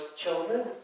children